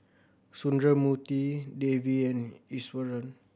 Sundramoorthy Devi and Iswaran